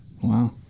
Wow